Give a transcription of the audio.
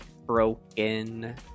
broken